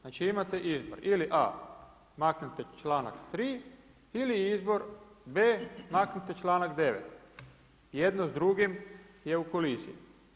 Znači imate izbor ili a) maknite članak 3. ili izbor b) maknite članak 9. Jedno s drugim je u koliziji.